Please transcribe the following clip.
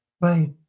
Right